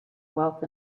wealth